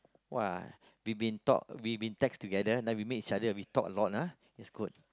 !wah! we been talk we been text together then we meet each other we talk a lot ah that's good